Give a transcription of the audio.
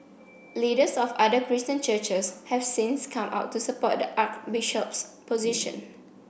leaders of other Christian churches have since come out to support the archbishop's position